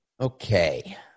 Okay